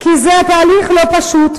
כי זה תהליך לא פשוט,